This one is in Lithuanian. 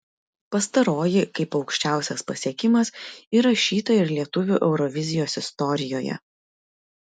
pastaroji kaip aukščiausias pasiekimas įrašyta ir lietuvių eurovizijos istorijoje